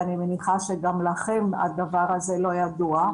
ואני מניחה שגם לכם הדבר הזה לא ידוע.